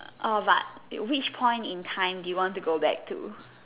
orh but which point in time do you want to go back to